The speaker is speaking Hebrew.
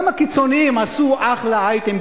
גם הקיצונים עשו אחלה אייטם,